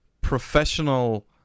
professional